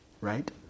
Right